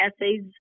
essays